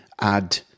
add